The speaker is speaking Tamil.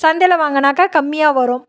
சந்தையில் வாங்கினாக்க கம்மியாக வரும்